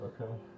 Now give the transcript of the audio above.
Okay